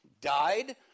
died